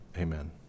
Amen